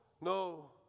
No